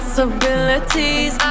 Possibilities